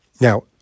Now